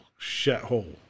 shithole